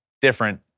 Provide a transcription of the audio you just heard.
different